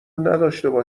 باشه